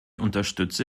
unterstütze